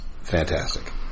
fantastic